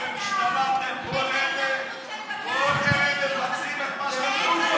בדיוק בגלל זה, למנות שופטים,